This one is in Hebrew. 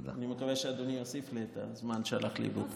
אני מקווה שאדוני יוסיף לי את הזמן שהלך לאיבוד.